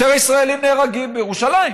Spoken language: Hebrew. יותר ישראלים נהרגים בירושלים.